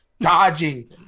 dodging